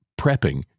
prepping